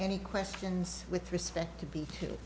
any questions with respect to be